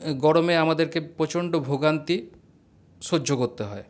গরমে আমাদেরকে প্রচণ্ড ভোগান্তি সহ্য করতে হয়